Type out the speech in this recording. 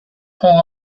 pull